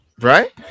Right